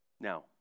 Now